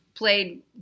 played